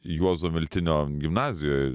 juozo miltinio gimnazijoj